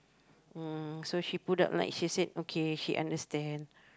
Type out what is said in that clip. uh so she put up like she said okay she understand